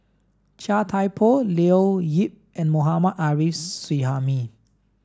Chia Thye Poh Leo Yip and Mohammad Arif Suhaimi